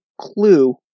clue